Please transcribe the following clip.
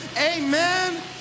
amen